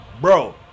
Bro